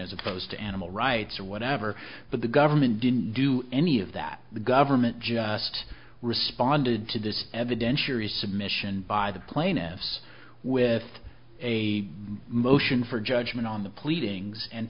as opposed to animal rights or whatever but the government didn't do any of that the government just responded to this evidentiary submission by the plaintiffs with a motion for judgment on the pleadings and